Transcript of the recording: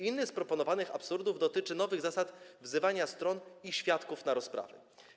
Inny z proponowanych absurdów dotyczy nowych zasad wzywania stron i świadków na rozprawy.